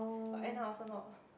but end up also not